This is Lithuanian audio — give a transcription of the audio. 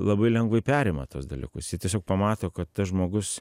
labai lengvai perima tuos dalykus jie tiesiog pamato kad tas žmogus